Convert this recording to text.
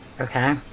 Okay